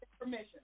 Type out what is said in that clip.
permission